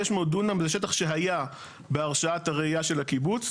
500 דונם זה שטח שהיה בהרשאת הרעייה של הקיבוץ.